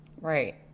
Right